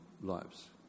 lives